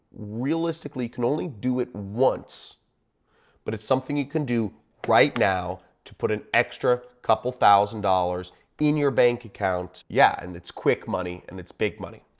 realistically can only do it once but it's something you can do right now to put an extra couple thousand dollars in your bank account. yeah, and it's quick money and it's big money.